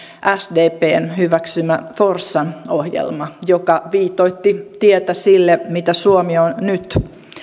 sdpn hyväksymä forssan ohjelma joka viitoitti tietä sille mitä suomi on nyt